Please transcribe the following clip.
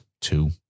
two